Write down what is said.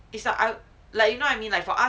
it's like I you know I mean like for us